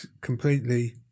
completely